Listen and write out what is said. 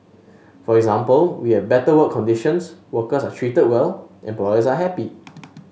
for example we have better work conditions workers are treated well employers are happy